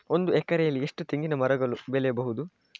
ಒಂದು ಎಕರೆಯಲ್ಲಿ ಎಷ್ಟು ತೆಂಗಿನಮರಗಳು ಬೆಳೆಯಬಹುದು?